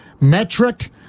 metric